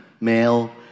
male